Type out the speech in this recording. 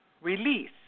release